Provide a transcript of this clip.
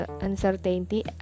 uncertainty